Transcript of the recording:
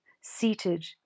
seated